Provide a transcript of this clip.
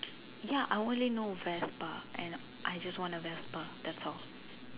ya I only know Vespa and I just want a Vespa that's all